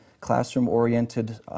classroom-oriented